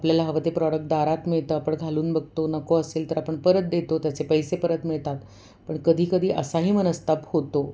आपल्याला हवं ते प्रॉडक्ट दारात मिळतं आपण घालून बघतो नको असेल तर आपण परत देतो त्याचे पैसे परत मिळतात पण कधी कधी असाही मनस्ताप होतो